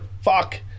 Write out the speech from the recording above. Fuck